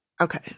Okay